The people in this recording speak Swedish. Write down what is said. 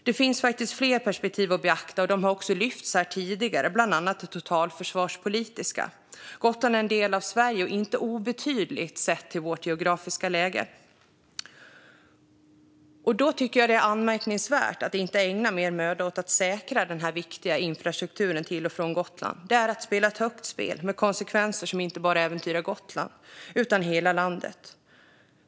Det finns faktiskt fler perspektiv att beakta som också har lyfts här tidigare, bland annat det totalförsvarspolitiska. Gotland är en del av Sverige och inte obetydligt, sett till vårt geografiska läge. Då tycker jag att det är anmärkningsvärt att inte ägna mer möda åt att säkra den viktiga infrastrukturen till och från Gotland. Det är att spela ett högt spel med konsekvenser som inte bara äventyrar Gotland utan hela landet.